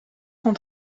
sont